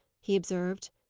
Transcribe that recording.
he observed.